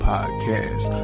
Podcast